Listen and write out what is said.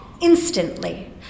instantly